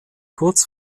kurz